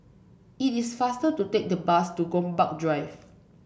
it is faster to take the bus to Gombak Drive